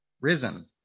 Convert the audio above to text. Risen